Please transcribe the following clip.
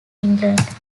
england